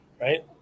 right